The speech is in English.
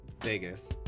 vegas